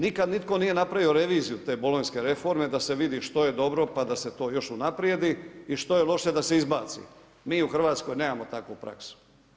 Nitko nikada nije napravio reviziju te bolonjske reforme da se vidi što je dobro pa da se to još unaprijedi i što je loše da se izbaci, mi u Hrvatskoj nemamo takvu praksu.